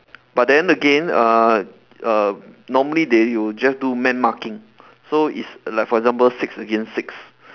but then again uh uh normally they will just do man marking so it's like for example six against six